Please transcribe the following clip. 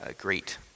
great